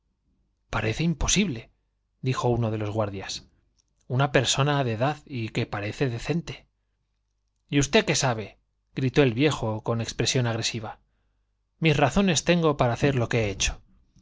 parece imposible dijo uno de los guard ias una persona de edad y que parece decente y usted qué sabe gritó el viejo con expresión agresiva mis razones tengo para hacer lo que he hecho